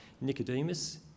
Nicodemus